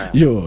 yo